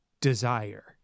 desire